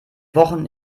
wochen